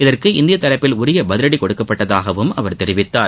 இதற்கு இந்திய தரப்பில் உரிய பதிவடி கொடுக்கப்பட்டதாகவும் அவர் தெரிவித்தார்